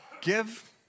Give